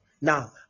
Now